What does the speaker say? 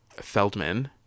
Feldman